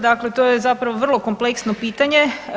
Dakle, to je zapravo vrlo kompleksno pitanje.